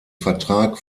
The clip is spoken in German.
vertrag